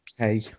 Okay